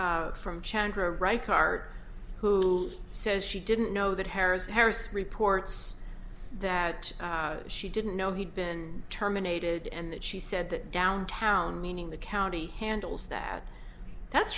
statement from chandra right car who says she didn't know that harris harris reports that she didn't know he'd been terminated and that she said that downtown meaning the county handles that that's